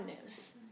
news